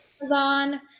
Amazon